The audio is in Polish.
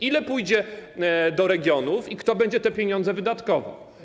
Ile pójdzie do regionów i kto będzie te pieniądze wydatkował?